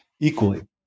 Equally